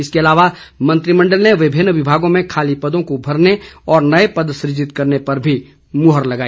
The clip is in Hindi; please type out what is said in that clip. इसके अलावा मंत्रिमंडल ने विभिन्न विभागों में खाली पदों को भरने और नए पद सृजित करने पर भी मुहर लगाई